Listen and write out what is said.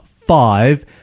five